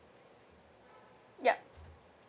yup